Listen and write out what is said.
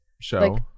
Show